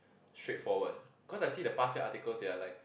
straightforward cause I see the past year articles they're like